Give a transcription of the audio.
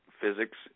physics